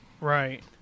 Right